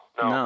no